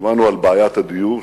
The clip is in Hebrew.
דיברנו על בעיית הדיור,